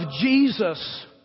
Jesus